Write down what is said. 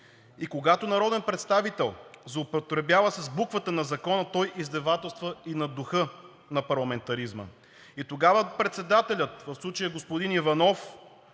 и когато народен представител злоупотребява с буквата на Закона, той издевателства и над духа на парламентаризма. Тогава председателят – в случая господин Иванов,